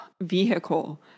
vehicle